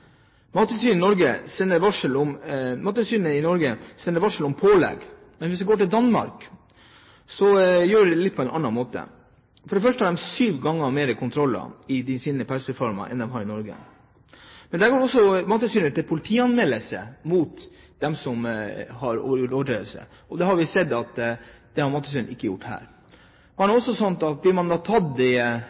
Mattilsynet har gjennomført 101 tilsyn, der bare seks ikke var avtalt. Mattilsynet i Norge sender varsel om pålegg. Men ser vi til Danmark, gjør de det på en litt annen måte. For det første har de syv ganger flere kontroller i sine pelsdyrfarmer enn det vi har i Norge. Der går også Mattilsynet til politianmeldelse av dem som har begått overtredelser. Det har vi sett at Mattilsynet ikke har gjort her. Og hvis man blir tatt for en litt mindre alvorlig overtredelse som er begått, under tilsyn, må man